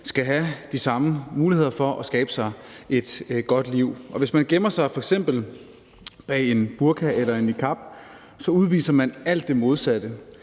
skal have de samme muligheder for at skabe sig et godt liv. Og hvis man gemmer sig bag f.eks. en burka eller niqab, udviser man alt det modsatte.